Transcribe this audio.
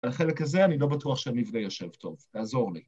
‫על החלק הזה אני לא בטוח ‫שאני די יושב טוב, תעזור לי.